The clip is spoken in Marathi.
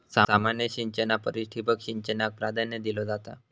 सामान्य सिंचना परिस ठिबक सिंचनाक प्राधान्य दिलो जाता